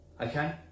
okay